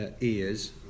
ears